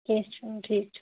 کیٚنٛہہ چھُنہٕ ٹھیٖک چھُ